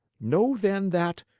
know then that,